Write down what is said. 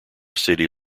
city